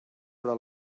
però